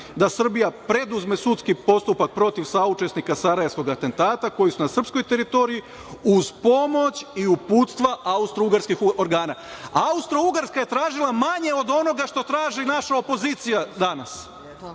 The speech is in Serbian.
da Srbija preduzme sudski postupak protiv saučesnika Sarajevskog atentata, koji su na srpskoj teritoriji, uz pomoć i uputstva austrougarskih organa. Austrougarska je tražila manje od onoga što traži naša opozicija danas.